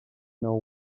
know